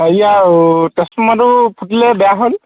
হয় ইয়াৰ আৰু ট্ৰেঞ্চফৰ্মাৰটো ফুটিলে বেয়া হ'ল